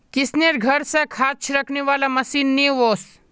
किशनेर घर स खाद छिड़कने वाला मशीन ने वोस